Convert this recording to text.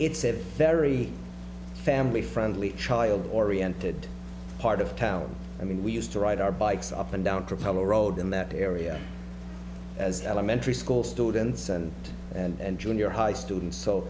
you it's a very family friendly child oriented part of town i mean we used to ride our bikes up and down propeller road in that area as elementary school students and and junior high students so